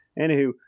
anywho